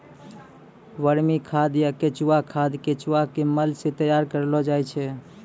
वर्मी खाद या केंचुआ खाद केंचुआ के मल सॅ तैयार करलो जाय छै